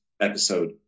episode